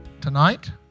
tonight